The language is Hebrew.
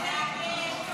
להצבעה.